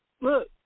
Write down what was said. look